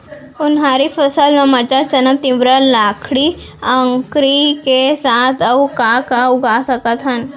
उनहारी फसल मा मटर, चना, तिंवरा, लाखड़ी, अंकरी के साथ अऊ का का उगा सकथन?